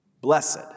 blessed